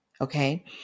Okay